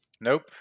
Nope